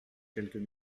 quelques